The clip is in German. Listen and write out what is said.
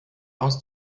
aus